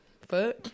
Fuck